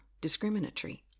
discriminatory